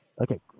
Okay